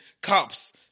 cops